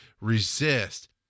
resist